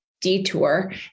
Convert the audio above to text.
detour